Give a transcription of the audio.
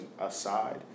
aside